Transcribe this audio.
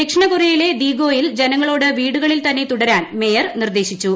ദക്ഷിണ കൊറിയയിലെ ദീഗോയിൽ ജനങ്ങളോട് വീടുകളിൽ തന്നെ തുടരാൻ മേയർ നിർദ്ദേശിച്ചു